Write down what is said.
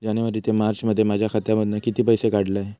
जानेवारी ते मार्चमध्ये माझ्या खात्यामधना किती पैसे काढलय?